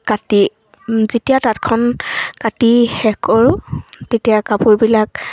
কাটি যেতিয়া তাঁতখন কাটি শেষ কৰোঁ তেতিয়া কাপোৰবিলাক